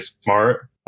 smart